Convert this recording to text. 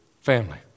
family